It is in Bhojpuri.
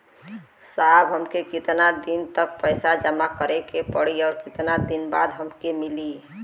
साहब हमके कितना दिन तक पैसा जमा करे के पड़ी और कितना दिन बाद हमके मिली?